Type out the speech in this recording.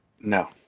No